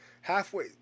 Halfway